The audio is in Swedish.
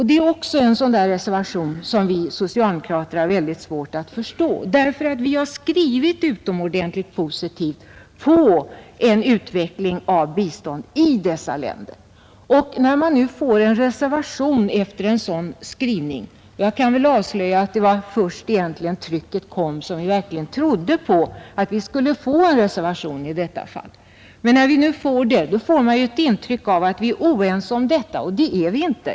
Det är en reservation som vi socialdemokrater har mycket svårt att förstå då utskottet skrivit utomordentligt positivt för en utveckling av bistånd i dessa länder. Jag kan väl avslöja att det var först när trycket kom som vi fann en reservation på denna punkt. När man får en reservation trots en positiv skrivning ger det intryck av oenighet som inte finns.